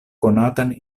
konatan